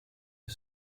for